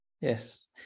Yes